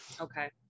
okay